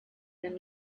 man